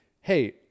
hey